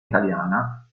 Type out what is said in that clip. italiana